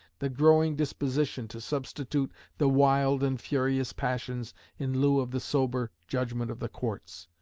the growing disposition to substitute the wild and furious passions in lieu of the sober judgment of the courts,